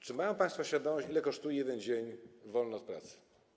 Czy mają państwo świadomość, ile kosztuje 1 dzień wolny od pracy?